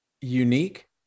unique